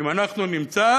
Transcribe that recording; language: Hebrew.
אם אנחנו נמצא